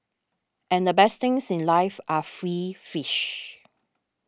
and the best things in life are free fish